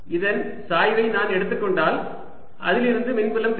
இதன் சாய்வை நான் எடுத்துக் கொண்டால் அதிலிருந்து மின்புலம் கிடைக்கும்